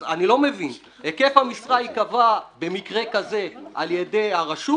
אז אני לא מבין היקף המשרה ייקבע במקרה כזה על-ידי הרשות,